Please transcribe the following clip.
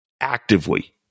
actively